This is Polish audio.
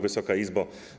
Wysoka Izbo!